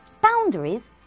boundaries